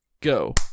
go